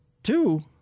Two